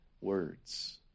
words